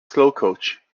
slowcoach